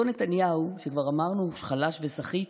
אותו נתניהו, שכבר אמרנו, הוא חלש וסחיט,